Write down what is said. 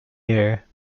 year